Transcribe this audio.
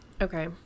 Okay